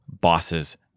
bosses